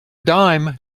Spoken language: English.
dime